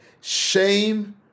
Shame